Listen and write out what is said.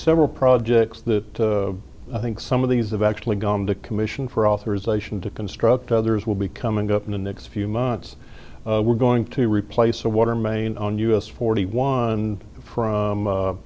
several projects that i think some of these have actually gone to commission for authorisation to construct others will be coming up in the next few months we're going to replace a water main on us forty one from